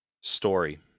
story